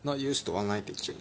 not used to online teaching